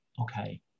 Okay